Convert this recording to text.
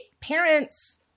parents